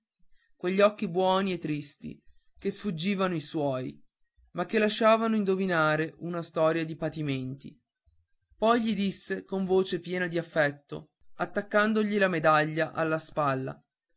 quegli occhi buoni e tristi che sfuggivano i suoi ma che lasciavano indovinare una storia di patimenti poi gli disse con voce piena di affetto attaccandogli la medaglia alla spalla